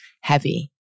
heavy